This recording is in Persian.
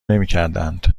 نمیکردند